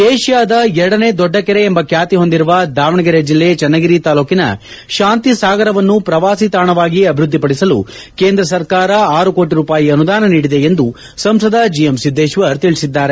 ಏಷ್ನಾದ ಎರಡನೇ ದೊಡ್ಡ ಕೆರೆ ಎಂಬ ಖ್ಯಾತಿ ಹೊಂದಿರುವ ದಾವಣಗೆರೆ ಜಿಲ್ಲೆ ಚನ್ನಗಿರಿ ತಾಲ್ಡೊಕಿನ ಶಾಂತಿಸಾಗರವನ್ನು ಪ್ರವಾಸಿ ತಾಣವಾಗಿ ಅಭಿವೃದ್ಧಿಪಡಿಸಲು ಕೇಂದ್ರ ಸರ್ಕಾರ ಆರು ಕೋಟಿ ರೂಪಾಯಿ ಅನುದಾನ ನೀಡಿದೆ ಎಂದು ಸಂಸದ ಜಿಎಂತಿದ್ದೇಶ್ವರ ತಿಳಿಸಿದ್ದಾರೆ